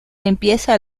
empieza